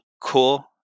cool